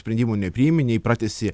sprendimų nepriimi nei pratęsi